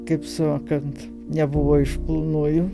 kaip sakant nebuvo iš plonųjų